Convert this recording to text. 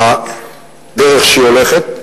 בדרך שבה היא הולכת.